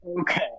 Okay